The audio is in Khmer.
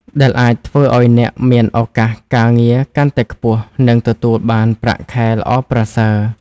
ដែលអាចធ្វើឱ្យអ្នកមានឱកាសការងារកាន់តែខ្ពស់និងទទួលបានប្រាក់ខែល្អប្រសើរ។